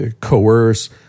coerce